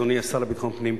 אדוני השר לביטחון פנים,